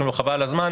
פשוט חבל על הזמן,